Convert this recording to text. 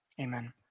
Amen